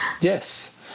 Yes